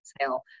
sale